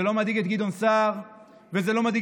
זה לא מדאיג את גדעון סער וזה לא מדאיג